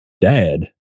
dad